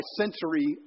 sensory